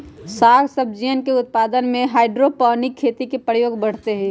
साग सब्जियन के उत्पादन में हाइड्रोपोनिक खेती के प्रयोग बढ़ते हई